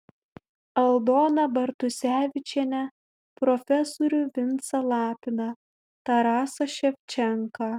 aldoną bartusevičienę profesorių vincą lapiną tarasą ševčenką